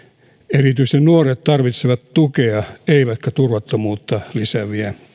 erityisesti nuoret tarvitsevat tukea eivätkä turvattomuutta lisääviä